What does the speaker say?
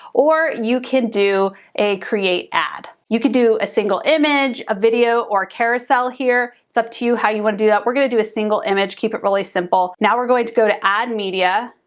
or you can do a create ad. you could do a single image, a video or carousel here. it's up to you how you want to do that. we're going to do a single image, keep it really simple. now we're going to go to add media.